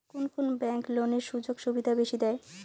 কুন কুন ব্যাংক লোনের সুযোগ সুবিধা বেশি দেয়?